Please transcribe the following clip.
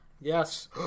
yes